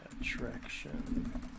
attraction